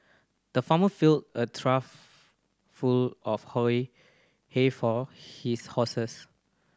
the farmer filled a trough full of hay hay for his horses